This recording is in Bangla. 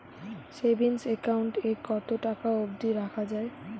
সেভিংস একাউন্ট এ কতো টাকা অব্দি রাখা যায়?